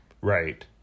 Right